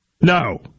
No